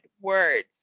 words